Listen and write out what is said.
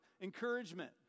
encouragement